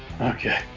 okay